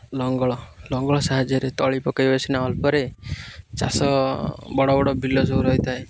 ଲଙ୍ଗଳ ଲଙ୍ଗଳ ସାହାଯ୍ୟରେ ତଳି ପକେଇବ ସିନା ଅଳ୍ପରେ ଚାଷ ବଡ଼ ବଡ଼ ବିଲ ସବୁ ରହିଥାଏ